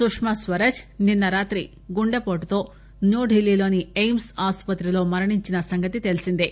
సుష్మాస్వరాజ్ నిన్స రాత్రి గుండెపోటుతో న్యూఢిల్లీలోని ఎయిమ్స్ ఆస్పత్రిలో మరణించిన సంగతి తెలీసిందే